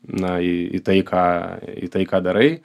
na į į tai ką į tai ką darai